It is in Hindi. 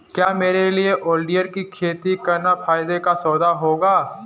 क्या मेरे लिए ओलियंडर की खेती करना फायदे का सौदा होगा?